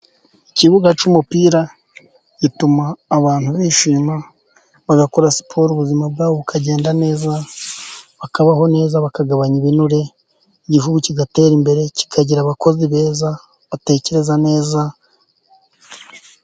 Ikibuga cy'umupira gituma abantu bishima, bagakora siporo ubuzima bwabo bukagenda neza, bakabaho neza bakagabanya ibinure, igihugu kigatera imbere kikagira abakozi beza, batekereza neza,..